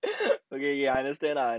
K K ya understand ah